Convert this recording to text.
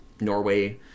Norway